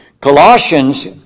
Colossians